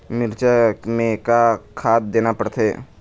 मिरचा मे का खाद देना पड़थे?